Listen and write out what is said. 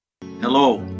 Hello